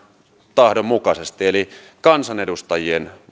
tahdon mukaisesti eli kansanedustajien